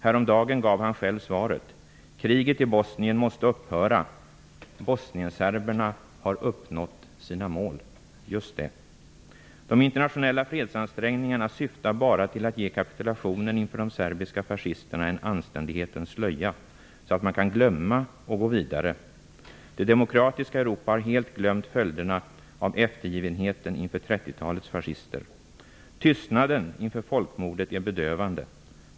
Häromdagen gav han själv svaret: "Kriget i Bosnien måste upphöra. Bosnienserberna har uppnått sina mål." Just det! De internationella fredsansträngningarna syftar bara till att ge kapitulationen inför de serbiska fascisterna en anständighetens slöja, så att man kan glömma och gå vidare. Det demokratiska Europa har helt glömt följderna av eftergivenheten inför 30-talets fascister. Tystnaden inför folkmordet är bedövande.